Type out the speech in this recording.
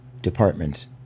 department